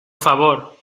favor